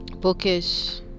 Bookish